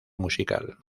musical